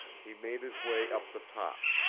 he made his way up the top.